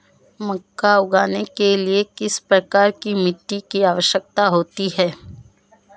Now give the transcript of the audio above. मक्का उगाने के लिए किस प्रकार की मिट्टी की आवश्यकता होती है?